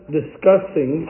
discussing